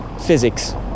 physics